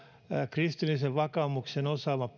kristillisen vakaumuksen